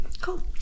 Cool